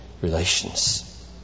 relations